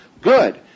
Good